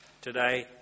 Today